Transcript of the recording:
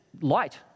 light